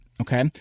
Okay